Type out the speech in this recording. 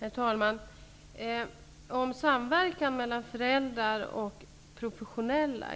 Herr talman! Om samverkan mellan föräldrar och professionella